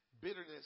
bitterness